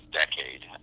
decade